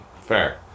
Fair